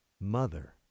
mother